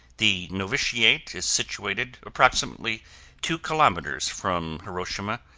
the novitiate is situated approximately two kilometers from hiroshima,